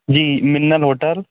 जी Minnal hotel